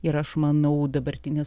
ir aš manau dabartinė